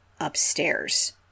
upstairs